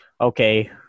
Okay